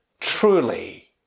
truly